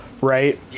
right